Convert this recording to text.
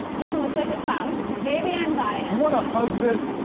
this one looks like a cloud. maybe i'm biased. you wanna hug this,